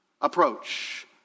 approach